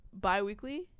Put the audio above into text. bi-weekly